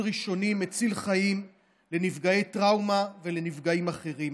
ראשוני מציל חיים לנפגעי טראומה ולנפגעים אחרים.